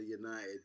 United